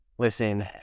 Listen